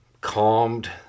calmed